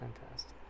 fantastic